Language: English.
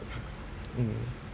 mm